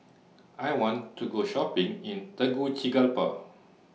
I want to Go Shopping in Tegucigalpa